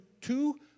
two